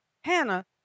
Hannah